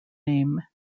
name